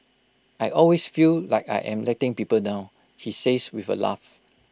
I always feel like I am letting people down he says with A laugh